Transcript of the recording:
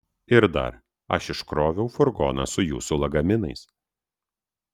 ir dar aš iškroviau furgoną su jūsų lagaminais